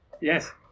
yes